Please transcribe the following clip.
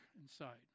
inside